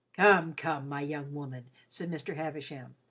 come, come, my young woman, said mr. havisham.